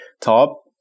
top